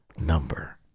number